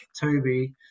toby